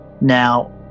Now